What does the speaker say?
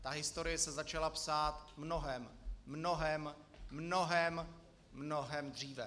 Ta historie se začala psát mnohem, mnohem, mnohem, mnohem dříve.